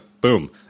Boom